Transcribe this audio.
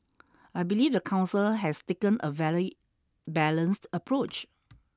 I believe the council has taken a very balanced approach